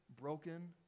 broken